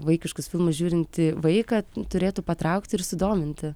vaikiškus filmus žiūrintį vaiką turėtų patraukti ir sudominti